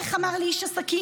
איך אמר לי איש עסקים?